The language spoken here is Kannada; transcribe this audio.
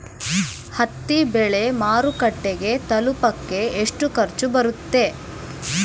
ಹತ್ತಿ ಬೆಳೆ ಮಾರುಕಟ್ಟೆಗೆ ತಲುಪಕೆ ಎಷ್ಟು ಖರ್ಚು ಬರುತ್ತೆ?